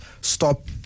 stop